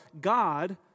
God